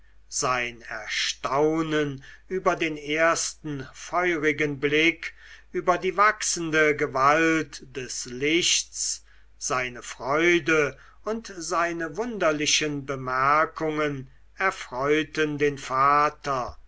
sein erstaunen über den ersten feurigen blick über die wachsende gewalt des lichts seine freude und seine wunderlichen bemerkungen erfreuten den vater